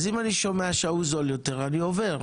אם אני שומע שההוא זול יותר, אני עובר.